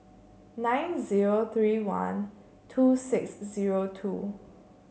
nine zero three one two six zero two